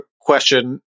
question